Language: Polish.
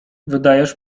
wydajesz